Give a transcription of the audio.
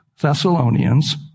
Thessalonians